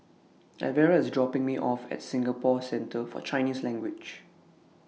Elvera IS dropping Me off At Singapore Centre For Chinese Language